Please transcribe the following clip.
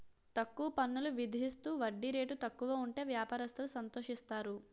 తక్కువ పన్నులు విధిస్తూ వడ్డీ రేటు తక్కువ ఉంటే వ్యాపారస్తులు సంతోషిస్తారు